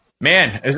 man